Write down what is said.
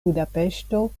budapeŝto